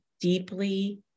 deeply